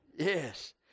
Yes